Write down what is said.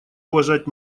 уважать